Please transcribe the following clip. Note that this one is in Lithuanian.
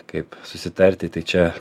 kaip susitarti tai čia